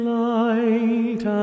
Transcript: light